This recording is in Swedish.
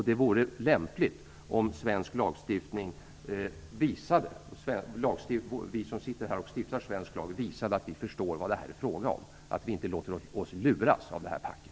Det vore lämpligt om vi som sitter här och stiftar svensk lag visade att vi förstår vad det är frågan om och att vi inte låter oss luras av det här packet.